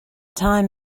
time